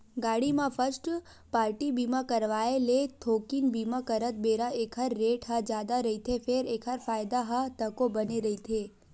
गाड़ी म first party बीमा करवाय ले थोकिन बीमा करत बेरा ऐखर रेट ह जादा रहिथे फेर एखर फायदा ह तको बने रहिथे